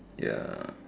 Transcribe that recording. ya